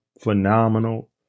phenomenal